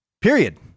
period